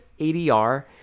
ADR